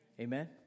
Amen